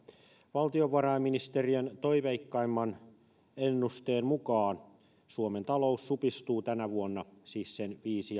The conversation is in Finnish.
valtiovarainministeriön toiveikkaimman ennusteen mukaan suomen talous supistuu tänä vuonna siis sen viisi